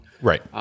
Right